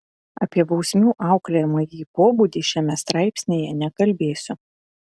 apie bausmių auklėjamąjį pobūdį šiame straipsnyje nekalbėsiu